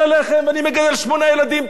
אני מגדל שמונה ילדים, תאמינו לי,